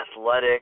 athletic